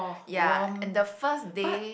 ya and the first day